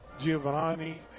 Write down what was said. Giovanni